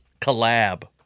collab